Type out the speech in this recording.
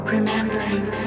Remembering